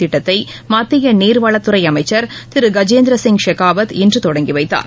திட்டத்தை மத்திய நீர்வளத்துறை அமைச்சர் திரு கஜேந்திர சிங் ஷெகாவத் இன்று தொடங்கிவைத்தார்